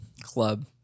Club